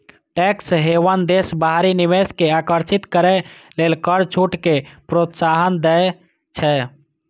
tax haven देश बाहरी निवेश कें आकर्षित करै लेल कर छूट कें प्रोत्साहन दै छै